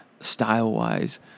style-wise